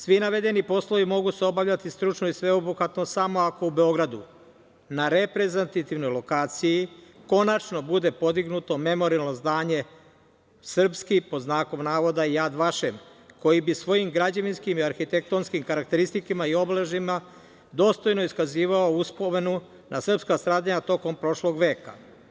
Svi navedeni poslovi mogu se obavljati stručno i sveobuhvatno samo ako u Beogradu na reprezentativnoj lokaciji konačno bude podignuto memorijalno zdanje srpski "Jad Vašem", koji bi svojim građevinskim i arhitektonskim karakteristikama i obeležjima dostojno iskazivao uspomenu na srpska stradanja tokom prošlog veka.